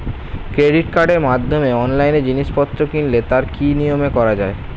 Credit কার্ডের মাধ্যমে অনলাইনে জিনিসপত্র কিনলে তার কি নিয়মে করা যায়?